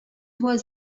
was